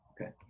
Okay